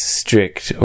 strict